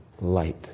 light